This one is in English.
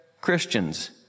Christians